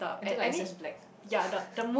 until like it's just black